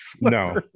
no